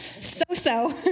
So-so